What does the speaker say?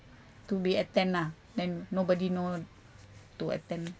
to be attend lah then nobody know to attend